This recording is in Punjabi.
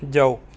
ਜਾਓ